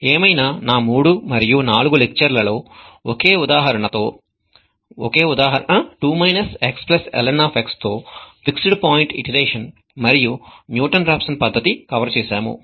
ఏమైనా నా మూడు మరియు నాలుగు లెక్చర్ల లో ఒకే ఉదాహరణ 2 xln తో ఫిక్సిడ్ పాయింట్ ఇటిరేషన్ మరియు న్యూటన్ రాఫ్సన్ పద్ధతి కవర్ చేసాము